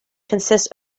consists